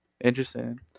Interesting